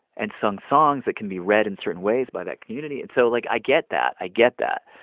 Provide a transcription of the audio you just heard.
and sung songs that can be read in certain ways by that community. and so, like, i get that. i get that.